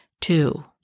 two